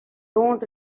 don’t